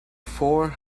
four